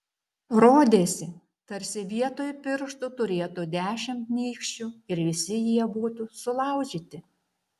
rodėsi tarsi vietoj pirštų turėtų dešimt nykščių ir visi jie būtų sulaužyti